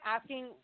asking